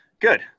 good